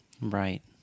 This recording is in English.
Right